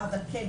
אבל כן,